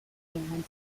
and